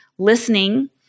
Listening